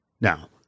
Now